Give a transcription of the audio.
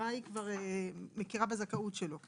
ההכרה כבר מכירה בזכאות שלו.